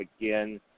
again